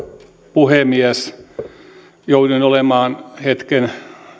puhemies jouduin olemaan hetken